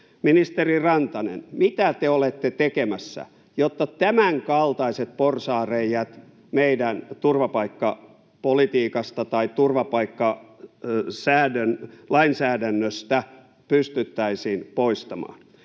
Ministeri Rantanen, mitä te olette tekemässä, jotta tämänkaltaiset porsaanreiät meidän turvapaikkapolitiikasta tai turvapaikkalainsäädännöstä pystyttäisiin poistamaan?